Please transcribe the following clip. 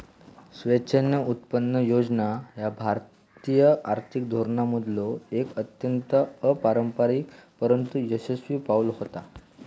स्वेच्छेने उत्पन्न योजना ह्या भारतीय आर्थिक धोरणांमधलो एक अत्यंत अपारंपरिक परंतु यशस्वी पाऊल होता